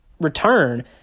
return